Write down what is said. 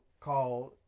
called